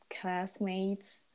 classmates